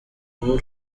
w’uru